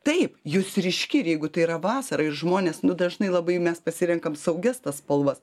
taip jūs ryški ir jeigu tai yra vasara ir žmonės nu dažnai labai mes pasirenkam saugias spalvas